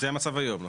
זה המצב היום, נכון?